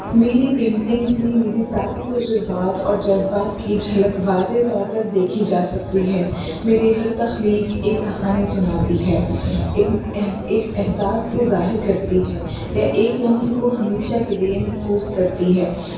میری پینٹنگس میں میری ذاتی تجربات اور جذبات کی جھلک واضح طور پر دیکھی جا سکتی ہے میری ہر تخلیق ایک کہانی سناتی ہے ایک ایک احساس کو ظاہر کرتی ہے یا ایک لمحے کو ہمیشہ کے لیے محفوظ کرتی ہے